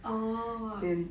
orh